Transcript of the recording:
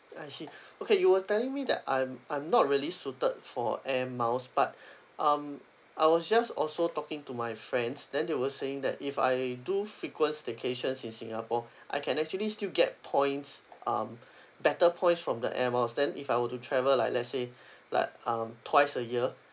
I see okay you were telling me that I'm I'm not really suited for air miles but um I was just also talking to my friends then they were saying that if I do frequent staycations in singapore I can actually still get points um better points from the air miles then if I were to travel like let say like um twice a year